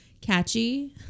catchy